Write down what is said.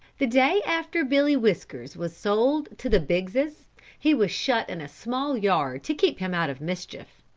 the day after billy whiskers was sold to the biggses he was shut in a small yard to keep him out of mischief.